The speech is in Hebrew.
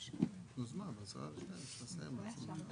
בעצם למה פה